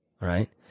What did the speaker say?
right